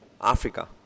Africa